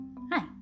Hi